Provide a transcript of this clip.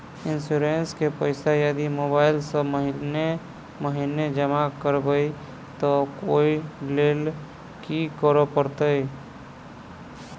Insurance केँ पैसा यदि मोबाइल सँ महीने महीने जमा करबैई तऽ ओई लैल की करऽ परतै?